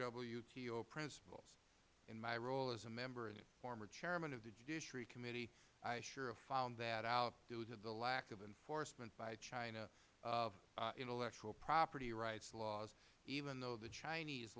wto principles in my role as a member and the former chairman of the judiciary committee i sure found that out due to the lack of enforcement by china of intellectual property rights laws even though the chinese